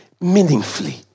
meaningfully